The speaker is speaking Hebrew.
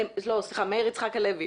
מאיר יצחק הלוי,